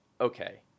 okay